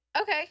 Okay